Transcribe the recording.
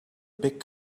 big